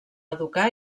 educar